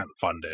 funded